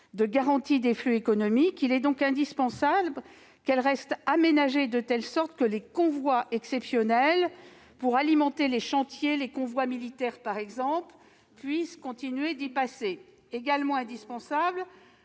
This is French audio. de garantie des flux économiques. Il est donc indispensable qu'elles restent aménagées de telle sorte que les convois exceptionnels pour alimenter les chantiers, par exemple les convois militaires, puissent continuer d'y passer. Il est également indispensable